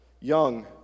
young